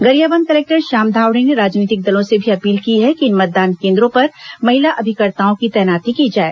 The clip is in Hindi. गरियाबंद कलेक्टर श्याम धावड़े ने राजनीतिक दलों से भी अपील की है कि इन मतदान केन्द्रों पर महिला अभिकर्ताओं की तैनाती की जाए